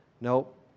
Nope